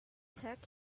took